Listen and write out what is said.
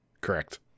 Correct